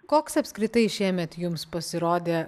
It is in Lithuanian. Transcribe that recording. koks apskritai šiemet jums pasirodė